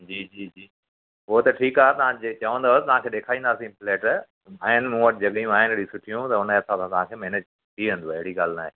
जी जी जी उहो त ठीकु आहे जे तव्हां चवदंव तव्हांखे ॾेखारींदासीं फ्लैट आया आहिनि मूं वटि जॻायूं आहिनि अहिड़ियूं सुठियूं त हुनजे हिसाब सां तव्हांखे मेनेज थी वेंदव अहिड़ी ॻाल्हि न आहे